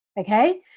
Okay